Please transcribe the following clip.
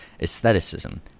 aestheticism